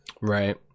Right